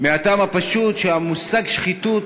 מהטעם הפשוט שהמושג שחיתות